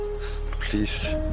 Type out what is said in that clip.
Please